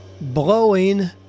blowing